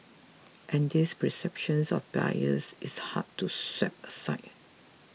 and this perception of bias is hard to sweep aside